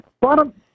Bottom